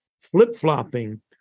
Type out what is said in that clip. flip-flopping